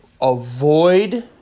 avoid